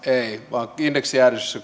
vaan indeksijäädytyksistä